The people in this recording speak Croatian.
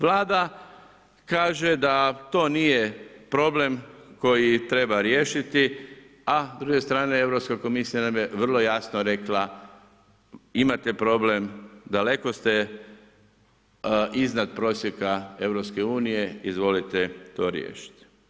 Vlada kaže da to nije problem koji treba riješiti a s druge strane Europska komisija nam je vrlo jasno rekla, imate problem, daleko ste iznad prosjeka EU, izvolite to riješiti.